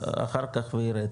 אחר כך וירד.